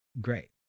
great